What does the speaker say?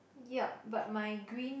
yup but my green